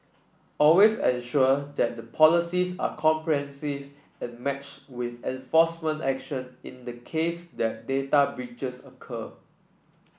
always ensure that the policies are and matched with enforcement action in the case that data breaches occur